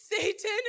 Satan